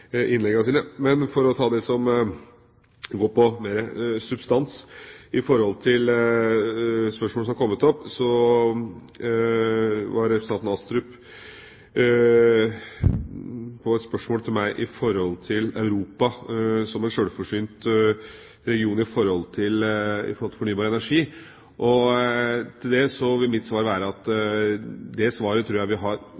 innleggene sine. For å ta det som går på det substansielle i forhold til spørsmål som er kommet opp: Representanten Astrup hadde et spørsmål til meg om Europa som en sjølforsynt region når det gjelder fornybar energi. Mitt svar er at der tror jeg vi vil ha et noe bedre presisjonsnivå når handlingsplanene foreligger. Det er ikke så mange månedene til det.